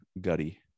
gutty